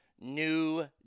New